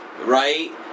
Right